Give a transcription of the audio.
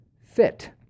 fit